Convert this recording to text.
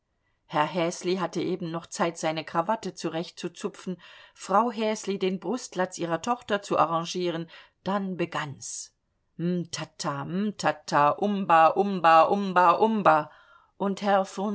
herr häsli hatte eben noch zeit seine krawatte zurechtzuzupfen frau häsli den brustlatz ihrer tochter zu arrangieren dann begann's mtata mtata umba umba umba umba und herr